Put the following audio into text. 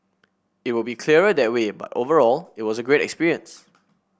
it will be clearer that way but overall it was a great experience